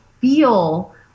feel